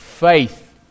Faith